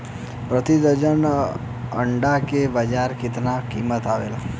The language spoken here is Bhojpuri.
प्रति दर्जन अंडा के बाजार मे कितना कीमत आवेला?